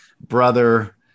brother